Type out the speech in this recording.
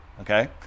okay